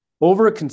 over